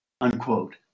unquote